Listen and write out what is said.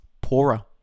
poorer